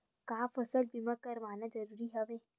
का फसल बीमा करवाना ज़रूरी हवय?